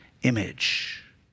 image